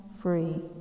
free